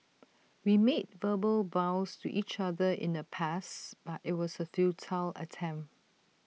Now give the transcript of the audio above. we made verbal vows to each other in the past but IT was A futile attempt